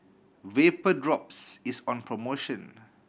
Vapodrops is on promotion